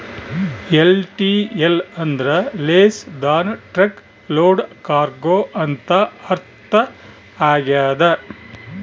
LTL ಅಂದ್ರ less than truck load cargo ಅಂತ ಅರ್ಥ ಆಗ್ಯದ